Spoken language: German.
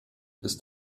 ist